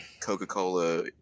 coca-cola